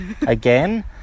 again